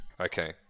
Okay